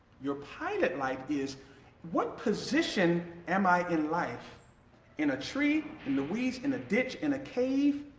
your pilot light is what position am i in life in a tree, in the weeds, in a ditch, in a cave?